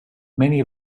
many